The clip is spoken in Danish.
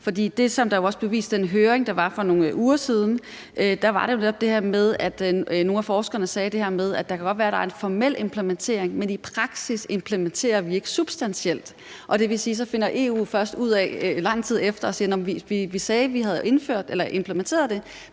også blev vist i den høring, der var for nogle uger siden, var det det her med, at nogle af forskerne sagde det her med, at det godt kan være, at der er en formel implementering, men i praksis implementerer vi ikke substantielt. Det vil sige, at så finder EU først ud af det lang tid efter og siger: Vi sagde, vi havde implementeret det,